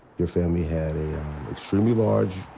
your family had an extremely large,